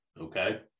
okay